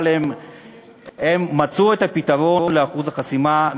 אבל הם מצאו את הפתרון לאחוז החסימה,